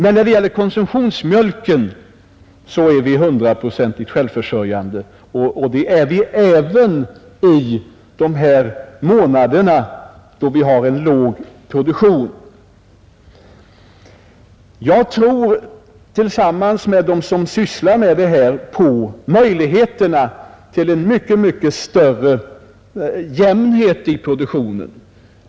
När det gäller konsumtionsmjölken är vi emellertid hundraprocentigt självförsörjande — och det är vi även under de månader då vi har en låg produktion. Jag tror i likhet med dem som sysslar med detta på möjligheterna till en avsevärt mycket större jämnhet i produktionen.